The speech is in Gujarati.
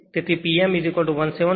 તેથી P m 17